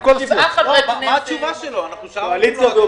רולנד,